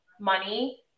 money